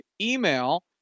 email